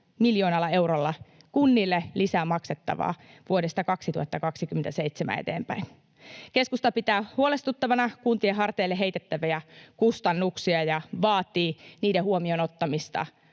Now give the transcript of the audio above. miljoonalla eurolla kunnille lisää maksettavaa vuodesta 2027 eteenpäin. Keskusta pitää huolestuttavana kuntien harteille heitettäviä kustannuksia ja vaatii niiden huomioonottamista